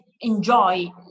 enjoy